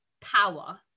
power